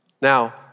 now